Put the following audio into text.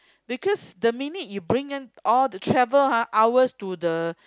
because the minute you bring them all the travel !huh! hours to the